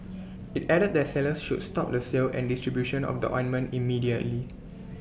IT added that sellers should stop the sale and distribution of the ointment immediately